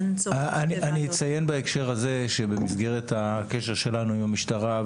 אין צורך ב --- אציין בהקשר הזה שבמסגרת הקשר שלנו עם המשטרה,